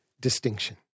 distinction